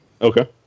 Okay